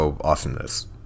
awesomeness